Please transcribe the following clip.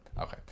okay